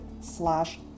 slash